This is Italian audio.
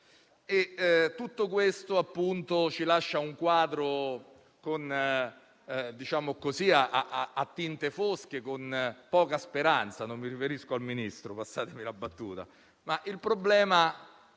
Tutto questo determina un quadro a tinte fosche, con poca speranza (non mi riferisco al Ministro, passatemi la battuta).